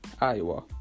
Iowa